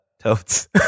Toads